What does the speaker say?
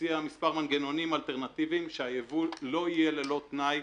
הציע מספר מנגנונים אלטרנטיביים שהייבוא לא יהיה ללא תנאי,